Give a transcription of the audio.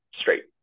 straight